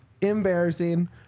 embarrassing